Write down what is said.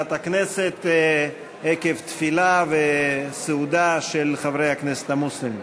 במליאת הכנסת עקב תפילה וסעודה של חברי הכנסת המוסלמים.